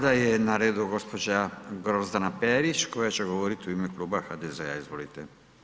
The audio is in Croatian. Sada je na redu gđa. Grozdana Perić koja će govorit u ime kluba HDZ-a, izvolite.